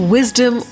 Wisdom